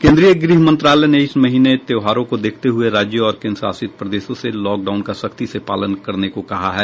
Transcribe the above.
केंद्रीय गृह मंत्रालय ने इस महीने त्योहारों को देखते हुए राज्यों और केन्द्रशासित प्रदेशों से लॉकडाउन का सख्ती से पालन करने को कहा है